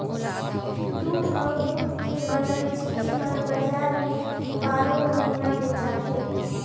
दूद अउ दूद के बनल चीज हर बजार में बारो महिना बेचाथे